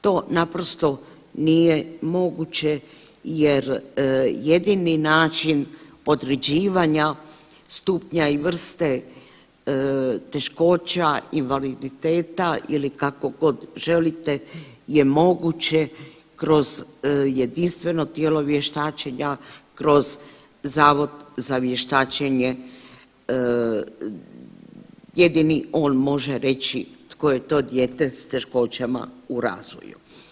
To naprosto nije moguće jer jedini način podređivanja stupnja i vrste teškoća invaliditeta ili kakogod želite je moguće kroz jedinstveno tijelo vještačenja kroz Zavod za vještačenje jedini on može reći tko je to dijete s teškoćama u razvoju.